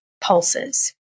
pulses